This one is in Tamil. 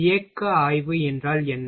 இயக்க ஆய்வு என்றால் என்ன